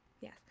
Yes